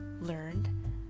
learned